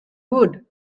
wood